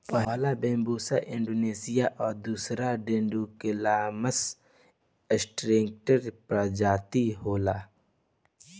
पहिला Bambusa arundinacea आ दूसरका डेन्ड्रोकैलामस स्ट्रीक्ट्स प्रजाति होला